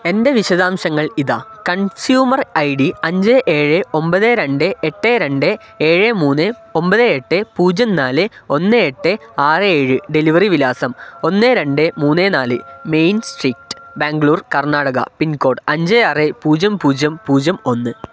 എൻ്റെ വിശദാംശങ്ങൾ ഇതാ കൺസ്യൂമർ ഐ ഡി അഞ്ച് ഏഴ് ഒമ്പത് രണ്ട് എട്ട് രണ്ട് ഏഴ് മൂന്ന് ഒമ്പത് എട്ട് പൂജ്യം നാല് ഒന്ന് എട്ട് ആറ് ഏഴ് ഡെലിവറി വിലാസം ഒന്ന് രണ്ട് മൂന്ന് നാല് main street Bangalore Karnataka pin code അഞ്ച് ആറ് പൂജ്യംപൂജ്യം പൂജ്യം ഒന്ന്